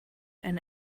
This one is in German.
eine